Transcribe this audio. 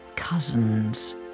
Cousins